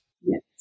Yes